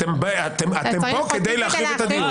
אתם פה כדי להחריב את הדיון.